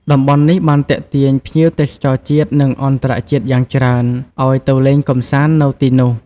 តំបន់នេះបានទាក់ទាញភ្ញៀវទេសចរជាតិ និងអន្តរជាតិយ៉ាងច្រើនឱ្យទៅលេងកម្សាន្តនៅទីនោះ។